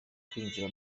kwinjira